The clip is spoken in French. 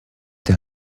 t’a